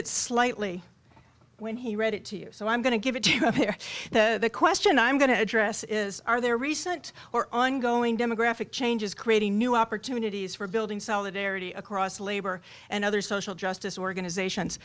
it slightly when he read it to you so i'm going to give it to you here the question i'm going to address is are there recent or ongoing demographic changes creating new opportunities for building solidarity across labor and other social justice organizations